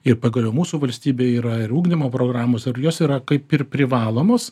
ir pagaliau mūsų valstybėj yra ir ugdymo programos ir jos yra kaip ir privalomos